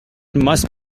must